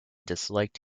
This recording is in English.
disliked